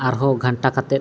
ᱟᱨᱦᱚᱸ ᱜᱷᱟᱱᱴᱟ ᱠᱟᱛᱮᱫ